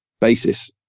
basis